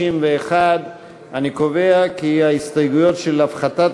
61. אני קובע כי ההסתייגויות של הפחתת